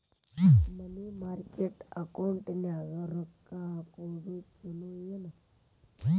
ಮನಿ market ಅಕೌಂಟಿನ್ಯಾಗ ರೊಕ್ಕ ಹಾಕುದು ಚುಲೊ ಏನು